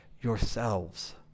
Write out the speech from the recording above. yourselves